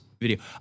video